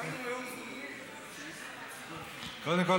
קודם כול,